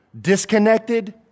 Disconnected